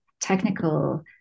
technical